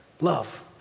Love